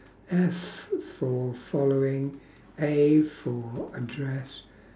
F for following A for address